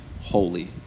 holy